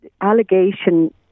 allegation